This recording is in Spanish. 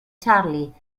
charlie